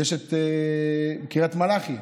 היא דרום, יש את קריית מלאכי,